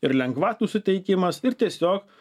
ir lengvatų suteikimas ir tiesiog